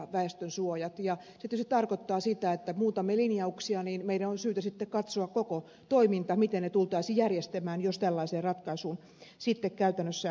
se tietysti tarkoittaa sitä että jos muutamme linjauksia niin meidän on syytä sitten katsoa koko toiminta miten ne tultaisiin järjestämään jos tällaiseen ratkaisuun sitten käytännössä päädytään